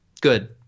Good